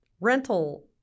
Rental